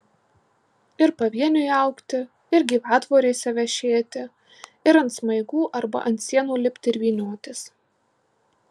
ir pavieniui augti ir gyvatvorėse vešėti ir ant smaigų arba ant sienų lipti ir vyniotis